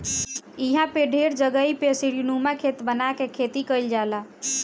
इहां पे ढेर जगही पे सीढ़ीनुमा खेत बना के खेती कईल जाला